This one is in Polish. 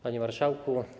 Panie Marszałku!